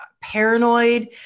paranoid